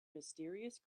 mysterious